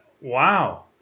Wow